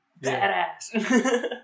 badass